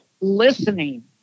listening